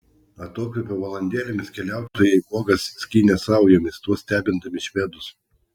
atokvėpio valandėlėmis keliautojai uogas skynė saujomis tuo stebindami švedus